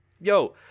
Yo